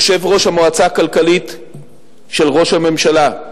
יושב-ראש המועצה הכלכלית של ראש הממשלה,